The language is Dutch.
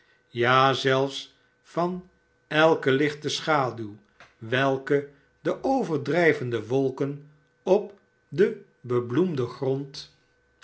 ja zelfs van elke lichte scnaduw welke de overdrijvende wolken op den bebloemden grond